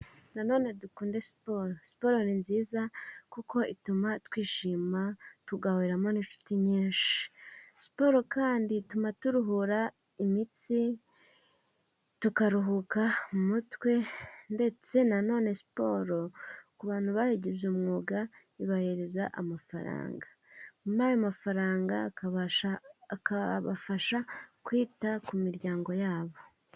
Nanone dukunde siporo, siporo ni nziza kuko ituma twishima tugahuriramo n'inshuti nyinshi, siporo kandi ituma turuhura imitsi tukaruhuka mutwe, ndetse na nanene siporo ku bantu bayigize umwuga ibahereza amafaranga, n'ayo mafaranga akabafasha kwita ku miryango yabo.